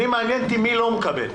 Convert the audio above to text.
מעניין אותי מי לא מקבל.